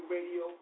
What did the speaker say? Radio